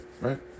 Right